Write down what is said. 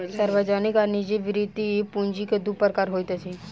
सार्वजनिक आ निजी वृति पूंजी के दू प्रकार होइत अछि